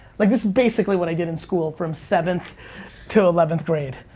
like this is basically what i did in school from seventh to eleventh grade.